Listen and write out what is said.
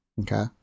Okay